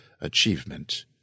achievement